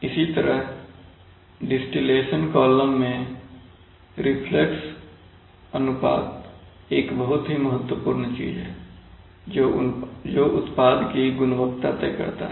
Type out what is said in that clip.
इसी तरह distillation column में रिफ्लक्स अनुपात एक बहुत ही महत्वपूर्ण चीज है जो उत्पाद की गुणवत्ता तय करता है